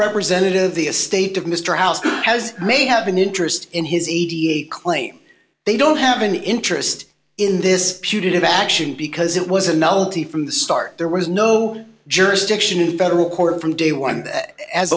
representative the estate of mr house has may have an interest in his claim they don't have an interest in this punitive action because it was a novelty from the start there was no jurisdiction in federal court from day one as